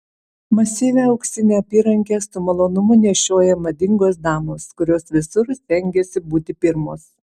masyvią auksinę apyrankę su malonumu nešioja madingos damos kurios visur stengiasi būti pirmos